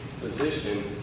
position